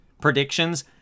predictions